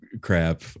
crap